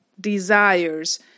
desires